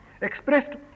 expressed